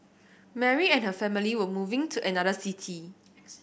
Mary and her family were moving to another city